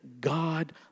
God